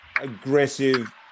aggressive